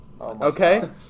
okay